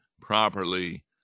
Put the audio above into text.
properly